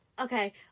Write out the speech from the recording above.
okay